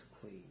clean